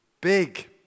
big